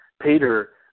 Peter